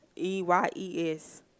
E-Y-E-S